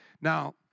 Now